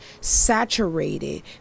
saturated